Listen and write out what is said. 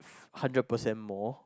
hundred percent more